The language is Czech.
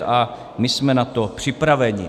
A my jsme na to připraveni.